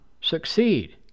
succeed